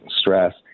stress